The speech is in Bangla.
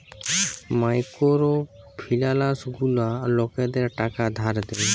মাইকোরো ফিলালস গুলা লকদের টাকা ধার দেয়